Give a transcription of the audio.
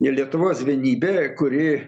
ir lietuvos vienybė kuri